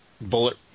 bullet